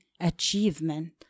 achievement